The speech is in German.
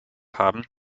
haben